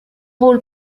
rôle